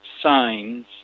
signs